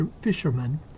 fishermen